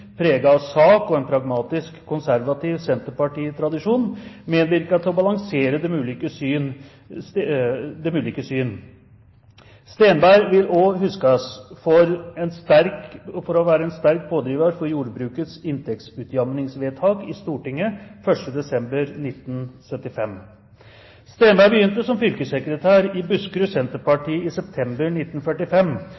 sak og en pragmatisk konservativ senterpartitradisjon, medvirket til å balansere de ulike syn. Steenberg vil også huskes som en sterk pådriver for jordbrukets inntektsutjamningsvedtak i Stortinget 1. desember 1975. Steenberg begynte som fylkessekretær i Buskerud